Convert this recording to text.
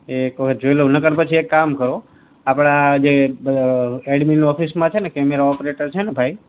એ એક વખત જોઈ લઉં નકર પછી એક કામ કરો આપણા જે બ એડમિન ઓફિસમાં છે ને કેમેરા ઓપરેટર છેને ભાઈ